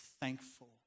thankful